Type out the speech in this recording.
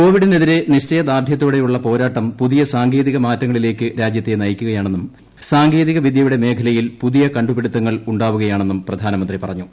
കോവിഡിനെതിരെ നിശ്ചയദാർഢ്യത്തോടെയുള്ള പോരാട്ടംപുതിയ സാങ്കേതിക മാറ്റങ്ങളിലേക്ക് രാജൃത്തെ നയിക്കുകയാണെന്നും സാങ്കേ തികവിദ്യയുടെ മേഖലയിൽ പുതിയ കണ്ടു പിടുത്തങ്ങൾ ഉണ്ടാവുകയാ ണെന്നും പ്രധാനമന്ത്രി പറഞ്ഞു